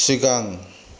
सिगां